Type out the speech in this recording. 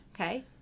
Okay